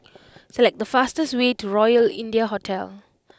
select the fastest way to Royal India Hotel